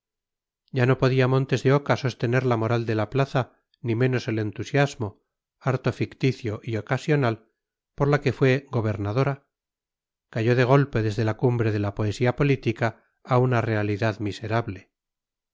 ya no podía montes de oca sostener la moral de la plaza ni menos el entusiasmo harto ficticio y ocasional por la que fue gobernadora cayó de golpe desde la cumbre de la poesía política a una realidad miserable